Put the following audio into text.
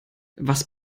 was